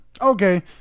okay